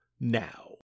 now